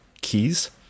keys